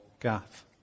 Gath